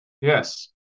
yes